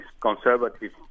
conservative